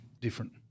different